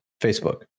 Facebook